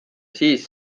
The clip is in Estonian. siis